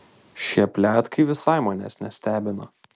šie pletkai visai manęs nestebina